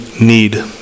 need